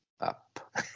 up